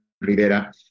Rivera